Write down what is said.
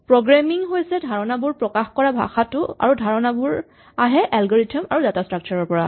programming হৈছে ধাৰণাবোৰ প্ৰকাশ কৰা ভাষাটো আৰু ধাৰণাবোৰ আহে এলগৰিথম আৰু ডাটা স্ট্ৰাক্সাৰ ৰ পৰা